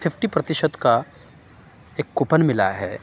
fifty پرتیشت کا ایک کوپن ملا ہے